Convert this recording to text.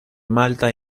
malta